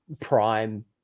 Prime